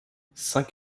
cinq